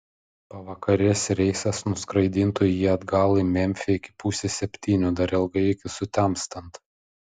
pavakarės reisas nuskraidintų jį atgal į memfį iki pusės septynių dar ilgai iki sutemstant